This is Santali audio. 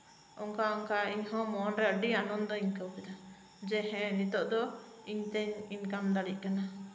ᱚᱱᱠᱟ ᱚᱱᱠᱟ ᱤᱧ ᱦᱚᱸ ᱢᱚᱱᱨᱮ ᱟᱹᱰᱤ ᱟᱱᱱᱚᱱᱫᱚᱧ ᱟᱹᱭᱠᱟᱹᱣ ᱠᱮᱫᱟ ᱡᱮ ᱦᱮᱸ ᱱᱤᱛᱳᱜ ᱫᱚ ᱤᱧ ᱛᱤᱧ ᱤᱱᱠᱟᱢ ᱫᱟᱲᱮᱭᱟᱜ ᱠᱟᱱᱟ